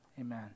Amen